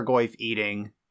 eating